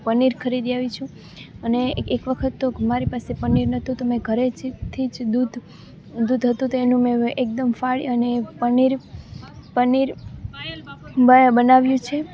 પનીર ખરીદી આવી છું અને એક એક વખત તો મારી પાસે પનીર નહોતું તો મેં ઘરે જ થી જ દૂધ દૂધ હતું તો એનું મેં એકદમ ફાડી અને પનીર પનીર બનાવ્યું છે